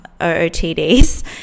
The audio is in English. OOTDs